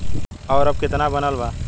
और अब कितना बनल बा?